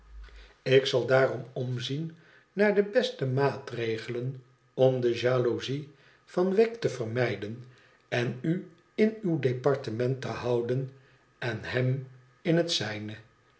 ik zal daarom omzien naar de beste maatregelen om de jaloezie van wegg te vermijden en u in uw departement te houden en hem in het zijne